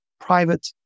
private